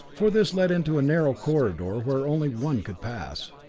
for this led into a narrow corridor where only one could pass.